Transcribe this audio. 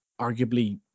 arguably